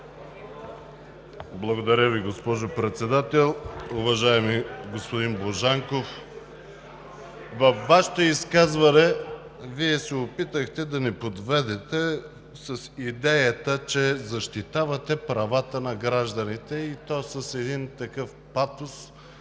Благодаря Ви, госпожо Председател. Уважаеми господин Божанков, във Вашето изказване се опитахте да ни подведете с идеята, че защитавате правата на гражданите, и то с един такъв патос,